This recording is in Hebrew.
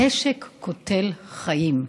נשק קוטל חיים.